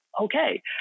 okay